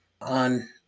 on